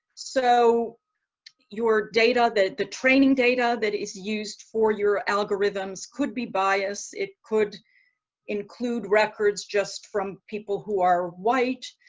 so your data that the training data that is used for your algorithms could be bias it could include records just from people who are white,